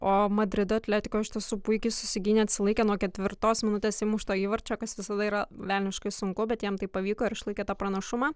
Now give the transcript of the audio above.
o madrido atletico iš tiesų puikiai susiginė atsilaikė nuo ketvirtos minutės įmušto įvarčio kas visada yra velniškai sunku bet jam tai pavyko ir išlaikė tą pranašumą